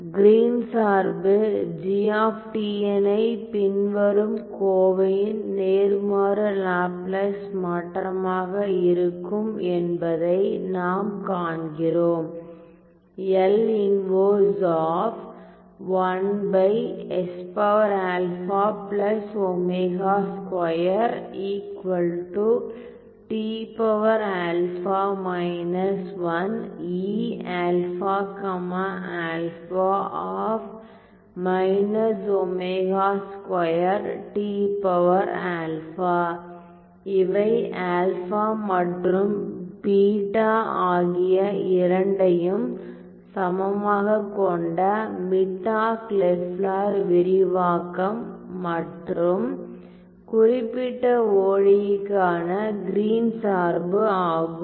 green Green's சார்பு G யினை பின்வரும் கோவையின் நேர்மாறு லாப்லாஸ் மாற்றமாக இருக்கும் என்பதை நாம் காண்கிறோம் இவை ஆல்பா மற்றும் பீட்டா ஆகிய இரண்டையும் சமமாகக் கொண்ட மிட்டாக் லெஃப்லர் விரிவாக்கம் மற்றும் குறிப்பிட்ட ஒடியி க்கான கிரீன் Green's சார்பு ஆகும்